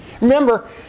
Remember